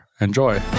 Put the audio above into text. Enjoy